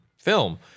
Film